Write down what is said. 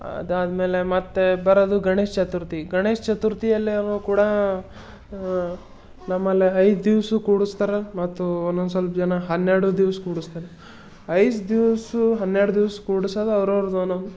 ಅದಾದಮೇಲೆ ಮತ್ತೆ ಬರೋದು ಗಣೇಶ ಚತುರ್ಥಿ ಗಣೇಶ ಚತುರ್ಥಿಯಲ್ಲಿನೂ ಕೂಡ ನಮ್ಮಲ್ಲಿ ಐದು ದಿವ್ಸೂ ಕೂಡಿಸ್ತಾರ ಮತ್ತು ಒಂದೊಂದು ಸ್ವಲ್ಪ ಜನ ಹನ್ನೆರಡೂ ದಿವ್ಸ ಕೂಡಿಸ್ತಾರ ಐದು ದಿವ್ಸೂ ಹನ್ನೆರಡು ದಿವ್ಸ ಕೂಡ್ಸೋದ್ ಅವ್ರವ್ರ್ದು ಒಂದೊಂದು